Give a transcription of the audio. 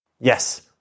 Yes